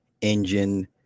engine